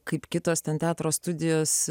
kaip kitos ten teatro studijos